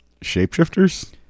Shapeshifters